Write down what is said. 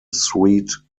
suite